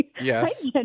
Yes